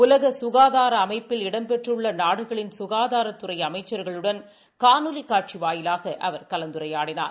உலக சுகாதார அமைப்பில் இடம்பெற்றுள்ள நாடுகளின் சுகாதாரத்துறை அமைச்சர்களுடன் காணொலி காட்சி வாயிலாக அவர் கலந்துரையாடினார்